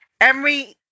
Emery